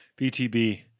BTB